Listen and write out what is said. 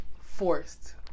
forced